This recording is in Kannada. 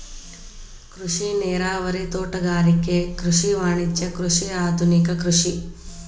ಕೃಷಿ ನೇರಾವರಿ, ತೋಟಗಾರಿಕೆ ಕೃಷಿ, ವಾಣಿಜ್ಯ ಕೃಷಿ, ಆದುನಿಕ ಕೃಷಿ